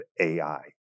AI